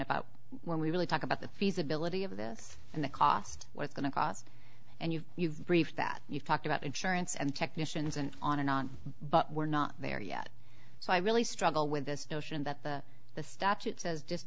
about when we really talk about the feasibility of this and the cost was going to cost and you've you've briefed that you've talked about insurance and technicians and on and on but we're not there yet so i really struggle with this notion that the statute says just